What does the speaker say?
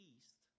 East